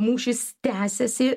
mūšis tęsėsi